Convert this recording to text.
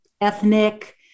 ethnic